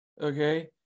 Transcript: Okay